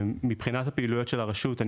מבחינת הפעילויות של הרשות,